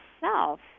self